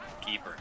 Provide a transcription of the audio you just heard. Keeper